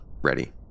ready